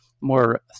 more